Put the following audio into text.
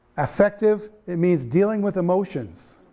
affective, it means dealing with emotions,